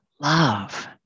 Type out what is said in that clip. love